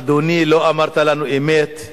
אדוני, לא אמרת לנו אמת,